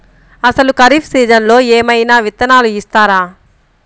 అసలు ఖరీఫ్ సీజన్లో ఏమయినా విత్తనాలు ఇస్తారా?